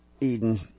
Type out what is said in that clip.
Eden